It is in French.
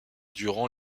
durant